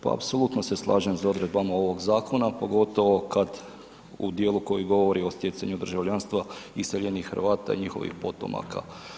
Pa apsolutno se slažem sa odredbama ovog zakona pogotovo kad, u dijelu koji govori o stjecanju državljanstva iseljenih Hrvata i njihovih potomaka.